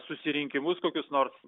susirinkimus kokius nors